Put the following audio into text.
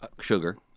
sugar